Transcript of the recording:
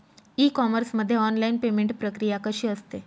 E commerce मध्ये online payment प्रक्रिया कशी असते?